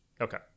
Okay